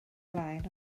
blaen